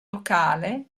locale